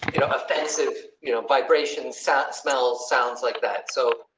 you know, offensive you know vibration sat, smells sounds like that. so.